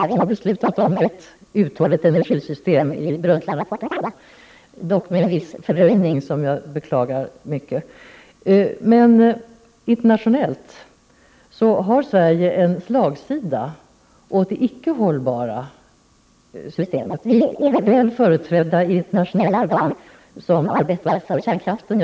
Vi har beslutat om ett uthålligt energisystem i Brundtlandrapportens anda, dock med en viss fördröjning som jag mycket beklagar. Men internationellt har Sverige en slagsida åt det icke hållbara systemets sida. Vi är väl företrädda i de internationella organ som arbetar för kärnkraften.